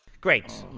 great,